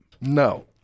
No